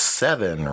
seven